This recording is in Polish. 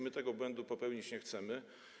My tego błędu popełnić nie chcemy.